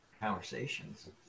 conversations